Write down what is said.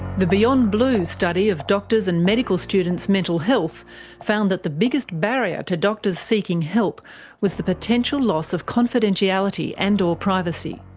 the beyond blue study of doctors' and medical students' mental health found that the biggest barrier to doctors seeking help was the potential loss of confidentiality and or privacy.